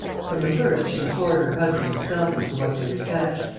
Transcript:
from the first she implored her husband to sell them for what they would fetch.